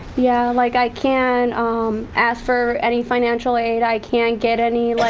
yeah, like i can't um ask for any financial aid, i can't get any like